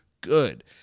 good